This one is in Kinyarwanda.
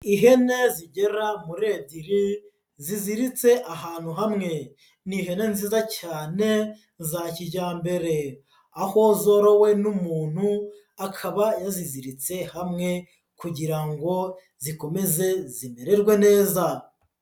Ihene zigera muri ebyiri ziziritse ahantu hamwe, ni ihene nziza cyane za kijyambere, aho zorowe n'umuntu akaba yaziziritse hamwe kugira ngo zikomeze zimererwe neza.